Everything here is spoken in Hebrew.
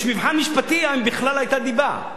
יש מבחן משפטי אם בכלל היתה דיבה,